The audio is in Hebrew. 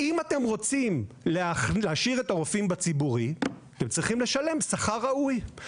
אם אתם רוצים להשאיר את הרופאים בציבורי אתם צריכים לשלם שכר ראוי.